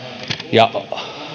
ja